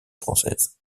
française